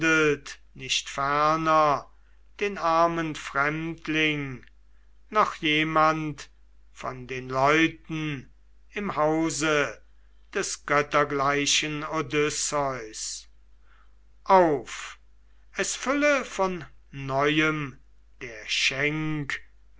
nicht ferner den armen fremdling noch jemand von den leuten im hause des göttergleichen odysseus auf es fülle von neuem der